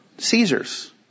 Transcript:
Caesars